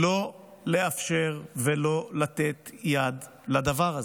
לא לאפשר ולא לתת יד לדבר הזה.